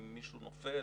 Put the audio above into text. אם מישהו נופל,